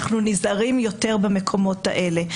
אנחנו נזהרים יותר במקומות האלה.